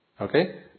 Okay